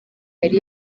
yari